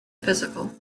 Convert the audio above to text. physical